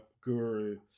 guru